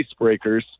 Icebreakers